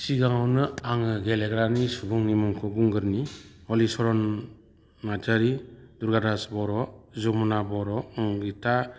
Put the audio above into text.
सिगांआवनो आंङो गेलेग्रानि सुबुंनि मुंखौ बुंग्रोनि हलिचरन नार्जारि दुर्गादास बर जमुना बर